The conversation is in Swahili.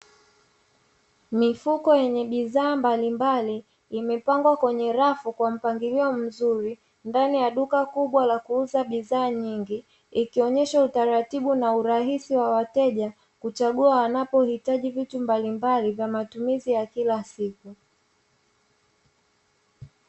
Mifuko yenye bidhaa mbalimbali imepangwa kwenye rafu kwa mpangilio mzuri ndani ya duka kubwa la kuuza bidhaa nyingi ikionyesha utaratibu na urahisi wa wateja kuchagua wanapohitaji vitu mbalimbali vya matumizi ya kila siku.